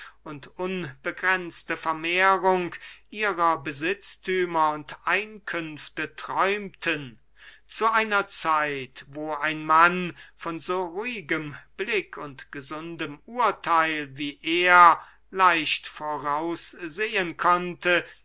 unbegrenzte vermehrung ihrer besitzthümer und einkünfte träumten zu einer zeit wo ein mann von so ruhigem blick und gesundem urtheil wie er leicht voraussehen konnte